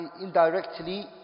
indirectly